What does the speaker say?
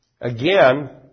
Again